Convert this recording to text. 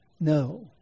No